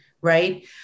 Right